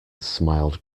smiled